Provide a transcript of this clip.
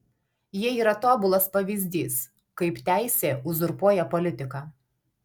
jie yra tobulas pavyzdys kaip teisė uzurpuoja politiką